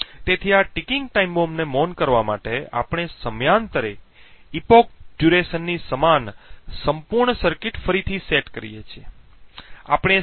તેથી આ ticking time બોમ્બને મૌન કરવા માટે આપણે સમયાંતરે યુગ અવધિ ની સમાન સંપૂર્ણ સર્કિટ ફરીથી સેટ કરીએ છીએ